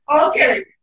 Okay